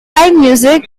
allmusic